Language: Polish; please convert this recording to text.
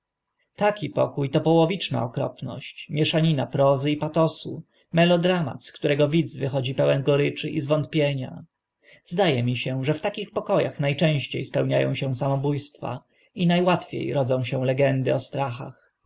taki pokó to połowiczna okropność mieszanina prozy i patosu melodramat z którego widz wychodzi pełen goryczy i zwątpienia zda e mi się że w takich poko ach na częście spełnia ą się samobó stwa i na łatwie rodzą się legendy o strachach